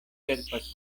ĉerpas